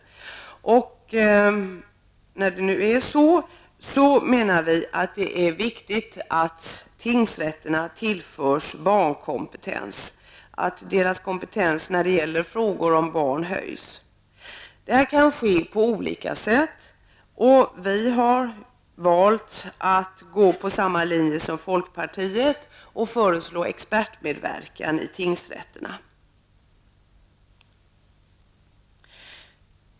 Mot den bakgrunden menar vi att det är viktigt att tingsrätterna tillförs barnkompetens, att deras kompetens när det gäller frågor om barn blir större. Det kan ske på olika sätt. Vi har valt att följa samma linje som folkpartiet och föreslår alltså expertmedverkan i tingsrätterna.